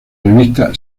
revista